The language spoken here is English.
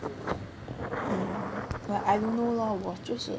but I don't know lor 我就是